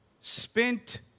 spent